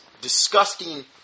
disgusting